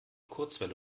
kurzwelle